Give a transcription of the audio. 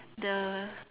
the